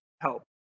help